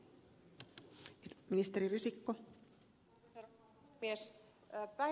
arvoisa rouva puhemies